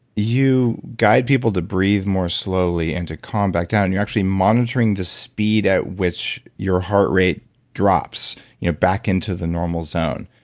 you guide people to breathe more slowly and to calm back down you're actually monitoring the speed at which your heart rate drops you know back into the normal zone,